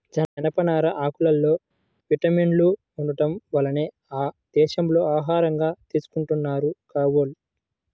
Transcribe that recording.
జనపనార ఆకుల్లో విటమిన్లు ఉండటం వల్లనే ఆ దేశాల్లో ఆహారంగా తీసుకుంటున్నారు కాబోలు